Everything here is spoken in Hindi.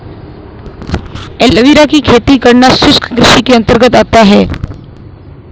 एलोवेरा की खेती करना शुष्क कृषि के अंतर्गत आता है